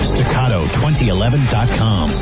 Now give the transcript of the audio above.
Staccato2011.com